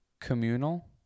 communal